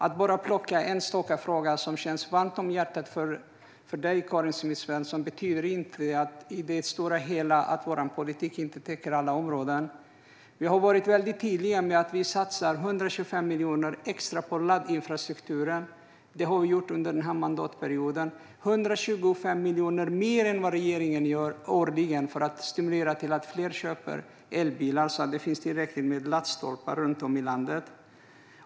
Att bara plocka ut en enstaka fråga som ligger dig varmt om hjärtat, Karin Svensson Smith, betyder inte på det stora hela att vår politik inte täcker alla områden. Under den här mandatperioden har vi varit väldigt tydliga med att vi satsar 125 miljoner extra på laddinfrastrukturen - 125 miljoner mer än vad regeringen årligen satsar - för att stimulera fler att köpa elbilar när det finns tillräckligt med laddstolpar runt om i landet.